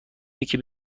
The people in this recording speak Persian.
یکی